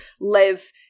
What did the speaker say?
live